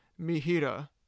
Mihira